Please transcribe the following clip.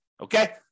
Okay